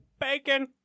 Bacon